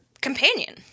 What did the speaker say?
companion